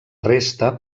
resta